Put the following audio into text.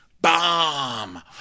bomb